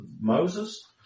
Moses